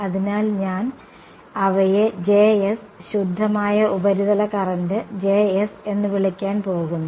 അതിനാൽ ഞാൻ അവയെ ശുദ്ധമായ ഉപരിതല കറന്റ് എന്ന് വിളിക്കാൻ പോകുന്നു